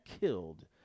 killed